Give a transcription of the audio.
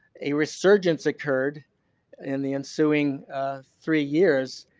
a resurgence occurred in the ensuing three years.